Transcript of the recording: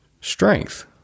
Strength